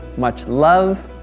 much love,